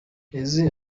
eazi